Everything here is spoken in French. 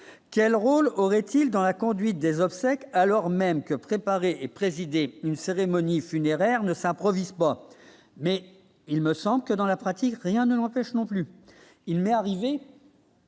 quel rôle aurait-il dans la conduite des obsèques, alors même que préparer et présider une cérémonie funéraire ne s'improvise pas, mais il me semble que dans la pratique, rien ne l'empêche, non plus, il m'est arrivé.